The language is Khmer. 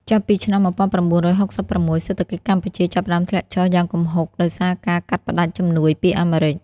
ចាប់ពីឆ្នាំ ១៩៦៦ សេដ្ឋកិច្ចកម្ពុជាចាប់ផ្តើមធ្លាក់ចុះយ៉ាងគំហុកដោយសារការកាត់ផ្តាច់ជំនួយពីអាមេរិក។